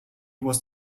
was